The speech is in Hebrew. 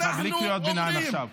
אנחנו אומרים